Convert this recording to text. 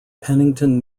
pennington